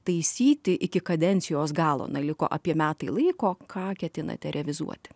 taisyti iki kadencijos galo liko apie metai laiko ką ketinate revizuoti